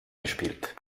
gespielt